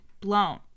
blown